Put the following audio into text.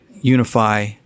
unify